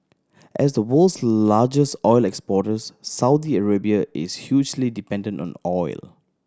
as the world's largest oil exporters Saudi Arabia is hugely dependent on oil